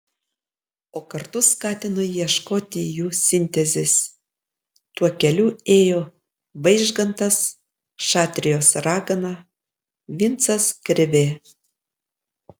o kartu skatino ieškoti jų sintezės tuo keliu ėjo vaižgantas šatrijos ragana vincas krėvė